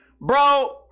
bro